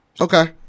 Okay